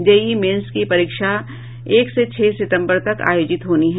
JEE mains की परीक्षा एक से छह सितंबर तक आयोजित होनी है